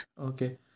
Okay